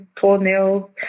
toenails